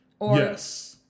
yes